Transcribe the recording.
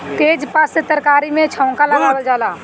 तेजपात से तरकारी में छौंका लगावल जाला